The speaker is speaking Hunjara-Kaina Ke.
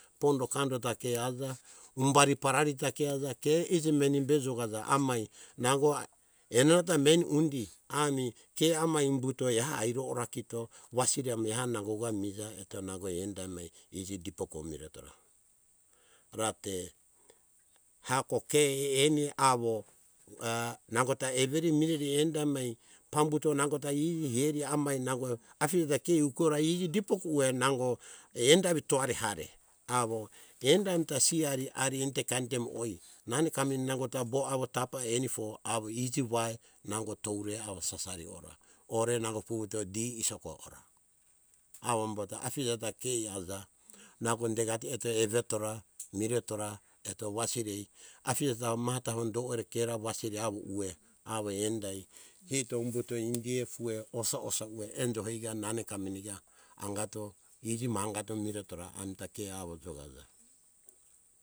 Pondo kando ta ke aja humbari parari ta ke aja ke injimeni be jokaja amai nangoha enenata meni undi ami ke amai humbuto aire ora wasiri amo eha nango ka mija eto nango enda emai iji dipori miretora. Rate heako ke eni awo nangota everi mereri enda emei pambuto nagota iji hiari amai nango afija ta ke ai iji dipori ueh nango enda evi toari hare awo enda emita siari enite kainte emi oei nameni kameni nangota bo avo tapai enifu awo iji vai nango toure awo sasari ora, ore nango vuvuto di isoko ora avomboto afijata ke aja nango dekato eto evetora miretora eto wasiri afija tafo maha tafo do ore kera wasiri awo enda eh ito humboto indiea aufue awo miretora amita ke awo aja